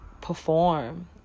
perform